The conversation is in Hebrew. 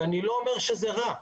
ואני לא אומר שזה רע.